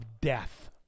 death